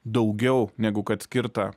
daugiau negu kad skirta